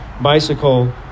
bicycle